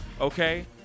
okay